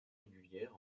régulière